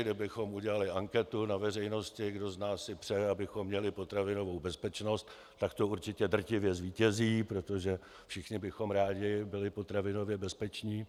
Kdybychom udělali anketu na veřejnosti, kdo z nás si přeje, abychom měli potravinovou bezpečnost, tak to určitě drtivě zvítězí, protože všichni bychom rádi byli potravinově bezpeční.